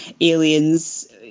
aliens